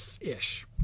Ish